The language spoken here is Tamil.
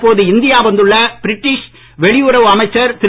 தற்போது இந்தியா வந்துள்ள பிரிட்டிஷ் வெளியுறவு அமைச்சர் திரு